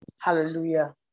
Hallelujah